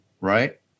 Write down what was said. right